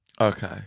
Okay